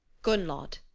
gunnlod,